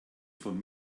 von